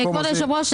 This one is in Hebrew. כבוד היושב-ראש,